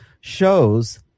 shows